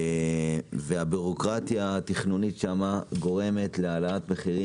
הבירוקרטיה התכנונית שם גורמת להעלאת מחירים